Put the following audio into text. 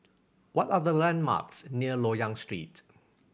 what are the landmarks near Loyang Street